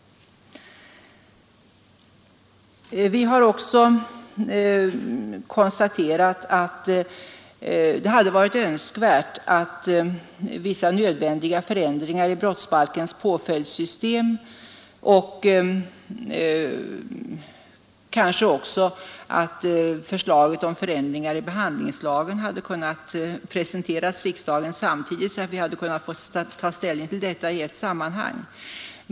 Vi har också konstaterat att det hade varit önskvärt att vissa nödvändiga förändringar i brottsbalkens påföljdssystem och kanske förslaget till förändringar i behandlingslagen hade kunnat presenteras riksdagen samtidigt, så att vi hade kunnat ta ställning till detta i ett sammanhang.